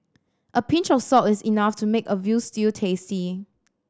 a pinch of salt is enough to make a veal stew tasty